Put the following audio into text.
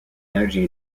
energy